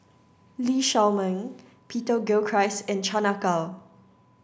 Lee Shao Meng Peter Gilchrist and Chan Ah Kow